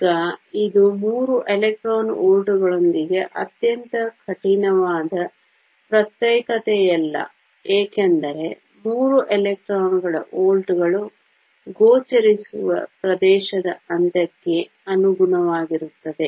ಈಗ ಇದು 3 ಎಲೆಕ್ಟ್ರಾನ್ ವೋಲ್ಟ್ಗಳೊಂದಿಗೆ ಅತ್ಯಂತ ಕಠಿಣವಾದ ಪ್ರತ್ಯೇಕತೆಯಲ್ಲ ಏಕೆಂದರೆ ಮೂರು ಎಲೆಕ್ಟ್ರಾನ್ಗಳ ವೋಲ್ಟ್ಗಳು ಗೋಚರಿಸುವ ಪ್ರದೇಶದ ಅಂತ್ಯಕ್ಕೆ ಅನುಗುಣವಾಗಿರುತ್ತವೆ